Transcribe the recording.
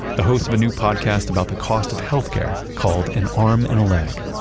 the host of a new podcast about the cost of healthcare called an arm and a leg.